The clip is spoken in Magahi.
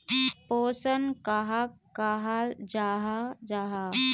पोषण कहाक कहाल जाहा जाहा?